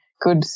good